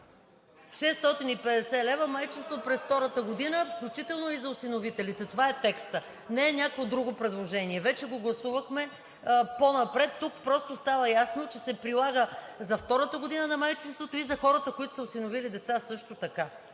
650 лв. майчинство през втората година, включително и за осиновителите. Това е текстът. Не е някакво друго предложение. Вече го гласувахме по-напред, тук просто става ясно, че се прилага за втората година на майчинството и за хората, които са осиновили деца също така.